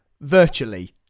virtually